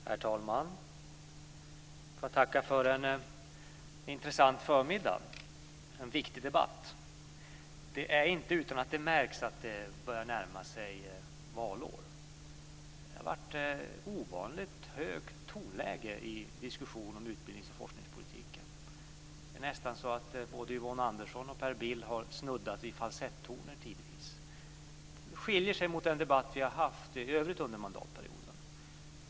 Herr talman! Jag får tacka för en intressant förmiddag. Det har varit en viktig debatt. Det är inte utan än att det märks att det börjar att närma sig valår. Det har varit ovanligt högt tonläge i diskussionen om utbildnings och forskningspolitiken. Det är nästan så att både Yvonne Andersson och Per Bill tidvis har snuddat vid falsettoner. Det skiljer sig mot den debatt som vi i övrigt har haft under mandattiden.